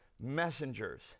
messengers